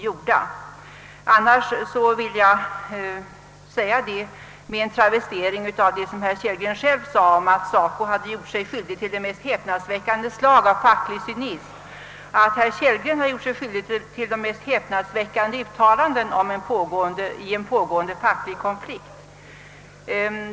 Jag skulle kunna travestera vad herr Kellgren sade, att SACO gjort sig skyldig till det mest häpnadsväckande slag av facklig cynism, genom att säga att herr Kellgren gjort sig skyldig till de mest häpnadsväckande uttalanden om en pågående facklig konflikt.